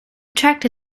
tractor